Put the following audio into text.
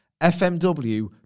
FMW